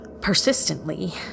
Persistently